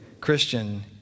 Christian